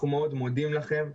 אנחנו מאוד מודים לכם.